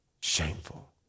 shameful